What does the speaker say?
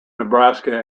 nebraska